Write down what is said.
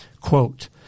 quote